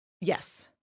Yes